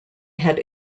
had